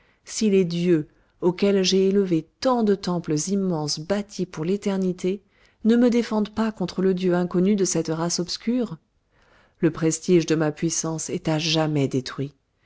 si les dieux auxquels j'ai élevé tant de temples immenses bâtis pour l'éternité ne me défendent pas contre le dieu inconnu de cette race obscure le prestige de ma puissance est à jamais détruit